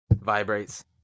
vibrates